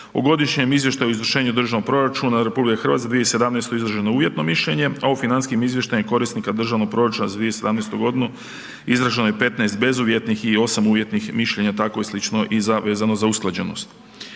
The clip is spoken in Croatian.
u godišnjom izvještaju o izvršenju državnog proračuna RH, 2017. …/Govornik se ne razumije./… uvjetno mišljenje, a o financijskim izvještajima, korisnika državnog proračuna za 2017. g. izraženo je 15 bezuvjetnih i 8 uvjetnih mišljenja tako je slično i vezano za usklađenost.